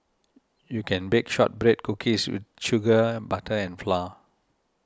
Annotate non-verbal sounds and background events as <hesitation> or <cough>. you can bake Shortbread Cookies <hesitation> sugar butter and flour